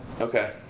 Okay